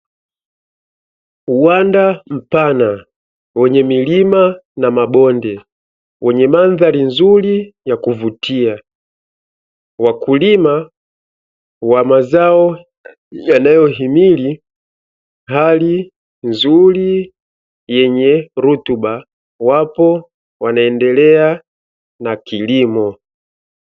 Uwanda mpana wenye milima na mabonde wenye mandhari nzuri ya kuvutia, wakulima wa mazao yanayohimili ardhi nzuri yenye rutuba wapo wanaendelea na kilimo.